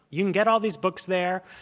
you can get all these books there.